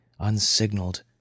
unsignaled